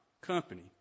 company